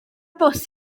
bws